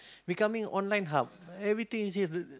becoming online hub everything you see is